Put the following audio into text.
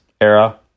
era